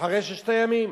אחרי ששת הימים.